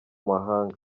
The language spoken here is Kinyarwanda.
mahanga